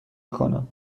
میکنم